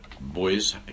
boys